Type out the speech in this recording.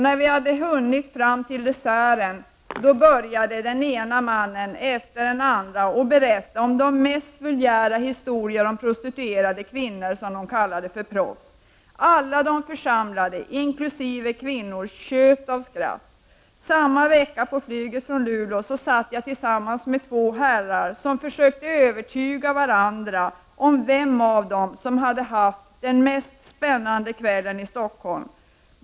När vi hade hunnit till desserten, började den ene mannen efter den andre att berätta de mest vulgära historier om prostituerade kvinnor, som de kallade proffs. Alla de församlade, inkl. kvinnorna, tjöt av skratt. Samma vecka satt jag på flyget från Luleå tillsammans med två herrar, som försökte övertyga varandra om vem av dem som hade haft den mest spännande kvällen i Stockholm.